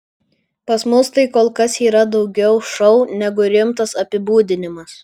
pas mus tai kol kas yra daugiau šou negu rimtas apibūdinimas